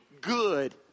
good